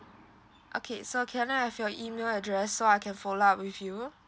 okay so can I have your email address so I can follow up with you